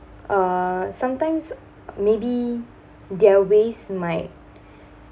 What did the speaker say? uh sometimes maybe their ways might